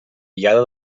diada